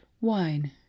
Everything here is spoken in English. wine